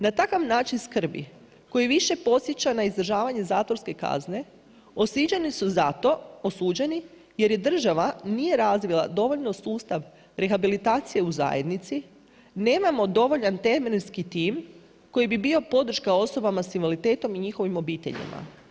Na takav način skrbi koji više podsjeća na izdržavanje zatvorske kazne, osuđeni su za to jer je država nije razvila dovoljno sustav rehabilitacije u zajednici, nemamo dovoljan temeljiti tim koji bi bio podrška osoba s invaliditetom i njihovi obiteljima.